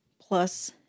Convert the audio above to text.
plus